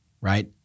right